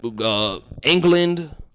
England